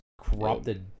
corrupted